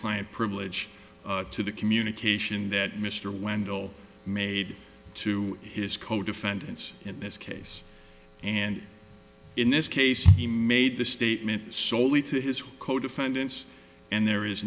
client privilege to the communication that mr wendel made to his co defendants in this case and in this case he made the statement solely to his co defendants and there is